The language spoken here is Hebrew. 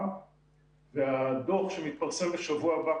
והדוח שמתפרסם בשבוע הבא,